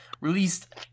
released